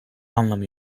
anlamı